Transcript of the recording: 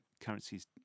currencies